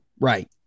right